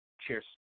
Cheers